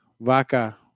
vaca